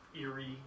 eerie